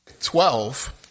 Twelve